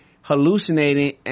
hallucinating